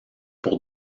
pour